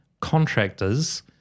contractors